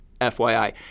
FYI